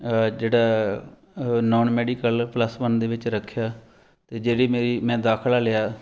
ਜਿਹੜਾ non medical plus one ਦੇ ਵਿੱਚ ਰੱਖਿਆ ਅਤੇ ਜਿਹੜੀ ਮੇਰੀ ਮੈਂ ਦਾਖਲਾ ਲਿਆ